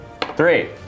Three